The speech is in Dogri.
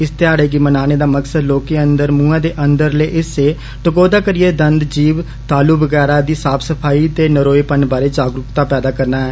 इस ध्याड़े गी मनाने दा मकसद लोकें अंदर मुहै दे अंदरले हिस्से टकोहदा करियै दंदे जीभ तालू बगैरा दी साफ सफाई ते नरोए पन बारै जागरुक्ता पैदा करना ऐ